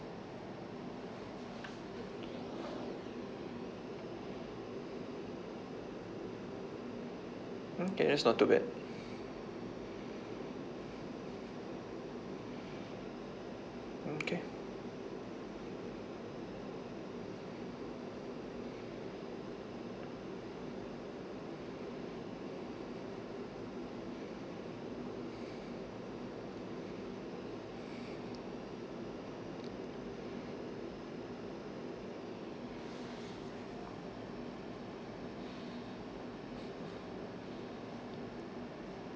okay that's not too bad okay